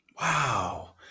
Wow